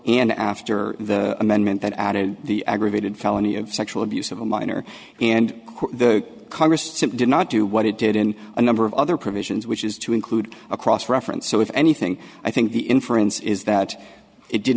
and after the amendment that added the aggravated felony of sexual abuse of a minor and the congress simply did not do what it did in a number of other provisions which is to include a cross reference so if anything i think the inference is that it did